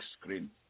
screen